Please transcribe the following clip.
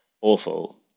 awful